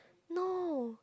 no